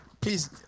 please